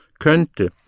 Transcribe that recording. könnte